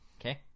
Okay